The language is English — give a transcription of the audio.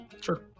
Sure